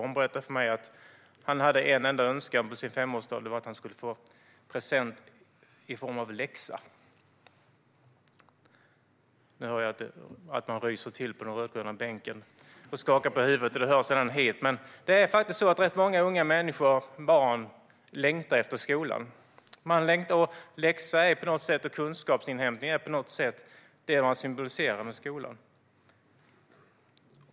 Hon berättade för mig att han hade en enda önskan på sin femårsdag: att han skulle få en present i form av en läxa. Nu hör jag att man ryser till på den rödgröna bänken och skakar på huvudet så att det hörs ända hit. Men rätt många unga människor och barn längtar faktiskt efter skolan, och läxa och kunskapsinhämtning är på något sätt det som symboliserar skolan.